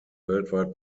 weltweit